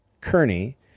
Kearney